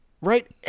Right